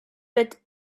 with